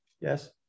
Yes